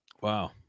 Wow